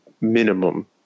minimum